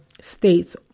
states